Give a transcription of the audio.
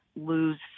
lose